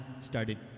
started